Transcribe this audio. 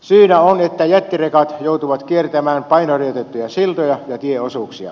syynä on että jättirekat joutuvat kiertämään painorajoitettuja siltoja ja tieosuuksia